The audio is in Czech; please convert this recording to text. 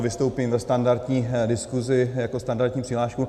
Vystoupím ve standardní diskusi se standardní přihláškou.